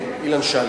כן, אילן שלגי.